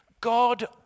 God